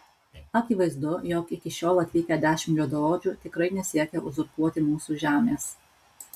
akivaizdu jog iki šiol atvykę dešimt juodaodžių tikrai nesiekia uzurpuoti mūsų žemės